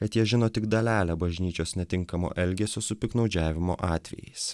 kad jie žino tik dalelę bažnyčios netinkamo elgesio su piktnaudžiavimo atvejais